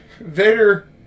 Vader